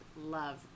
love